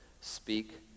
speak